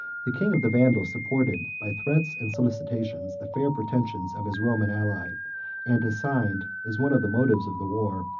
the king of the vandals supported, by threats and solicitations, the fair pretensions of his roman ally and assigned, as one of the motives of the war,